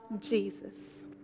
Jesus